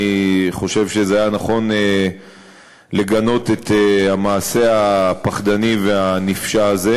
אני חושב שזה היה נכון לגנות את המעשה הפחדני והנפשע הזה.